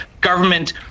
government